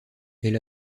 elle